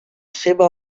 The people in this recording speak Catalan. seva